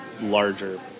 larger